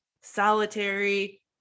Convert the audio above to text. solitary